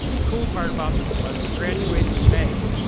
the cool part about this was i graduated in may,